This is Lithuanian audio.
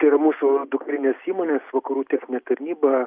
tai yra mūsų dukterinės įmonės vakarų techninė tarnyba